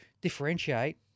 differentiate